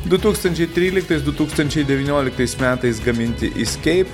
du tūkstančiai tryliktais du tūkstančiai devynioliktais metais gaminti iskeip